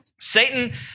Satan